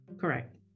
Correct